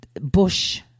Bush